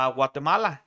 Guatemala